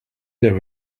there